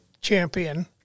champion